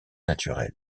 naturels